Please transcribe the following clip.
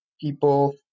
people